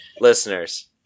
listeners